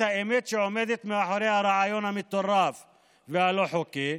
האמת שעומדת מאחורי הרעיון המטורף והלא-חוקי,